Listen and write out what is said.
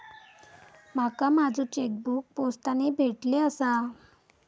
माका माझो चेकबुक पोस्टाने भेटले आसा